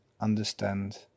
understand